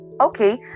okay